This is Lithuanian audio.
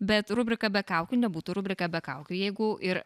bet rubrika be kaukių nebūtų rubrika be kaukių jeigu ir